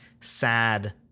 sad